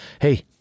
hey